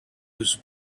was